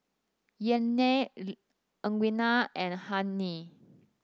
Yaynard Edwina and Hennie